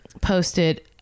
posted